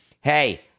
hey